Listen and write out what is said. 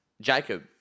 Jacob